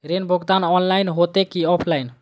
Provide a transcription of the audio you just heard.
ऋण भुगतान ऑनलाइन होते की ऑफलाइन?